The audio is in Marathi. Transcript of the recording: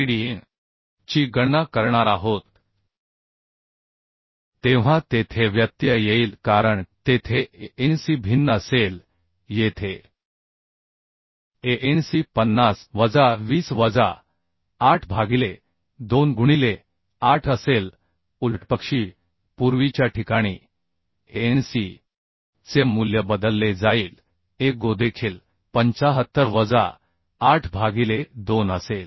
ची गणना करणार आहोत तेव्हा तेथे व्यत्यय येईल कारण तेथे anc भिन्न असेल येथे anc 50 वजा 20 वजा 8 भागिले 2 गुणिले 8 असेल उलटपक्षी पूर्वीच्या ठिकाणी anc चे मूल्य बदलले जाईल ago देखील 75 वजा 8 भागिले 2 असेल